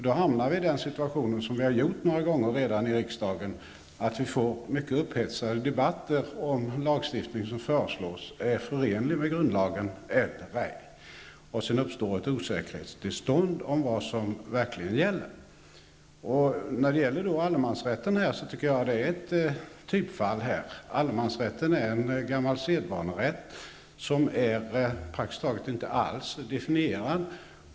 Då hamnar vi i den situation som vi har gjort några gånger redan i riksdagen, att vi får mycket upphetsade debatter i frågan om lagstiftning som föreslås är förenlig med grundlagen eller ej, och sedan uppstår ett osäkerhetstillstånd om vad som verkligen gäller. Allemansrätten tycker jag är ett typfall. Allemansrätten är en gammal sedvanerätt, som praktiskt taget inte alls är definierad.